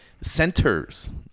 centers